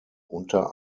unter